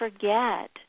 forget